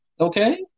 Okay